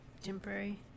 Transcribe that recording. temporary